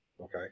okay